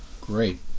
Great